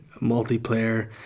multiplayer